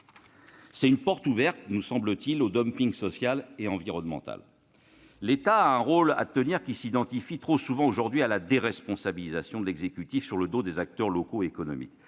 C'est une porte ouverte, nous semble-t-il, au dumping social et environnemental. L'État a un rôle à tenir, même si celui-ci s'apparente trop souvent aujourd'hui à une déresponsabilisation de l'exécutif, et ce sur le dos des acteurs locaux et économiques.